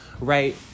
right